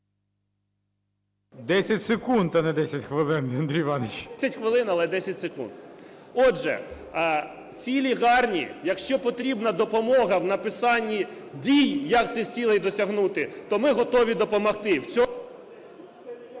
10 секунд, а не 10 хвилин, Андрій Іванович. НІКОЛАЄНКО А.І. …хвилин, але 10 секунд. Отже, цілі гарні. Якщо потрібна допомога в написанні дій, як цих цілей досягнути, то ми готові допомогти...